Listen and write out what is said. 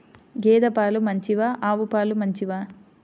గేద పాలు మంచివా ఆవు పాలు మంచివా?